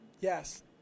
Yes